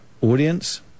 audience